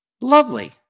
Lovely